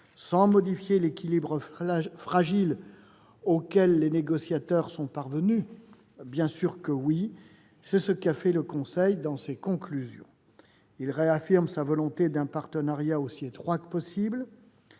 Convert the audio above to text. sans modifier l'équilibre fragile auquel les négociateurs sont parvenus ? Oui, bien sûr. C'est ce qu'a fait le Conseil européen dans ses conclusions. Il réaffirme sa volonté d'un partenariat aussi étroit que possible-